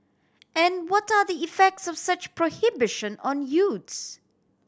and what are the effects of such prohibition on youths